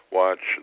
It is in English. watch